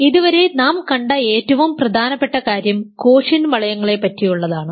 ഇതുവരെ നാം കണ്ട ഏറ്റവും പ്രധാനപ്പെട്ട കാര്യം കോഷ്യന്റ് വളങ്ങളെ പറ്റിയുള്ളതാണ്